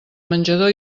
menjador